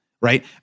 right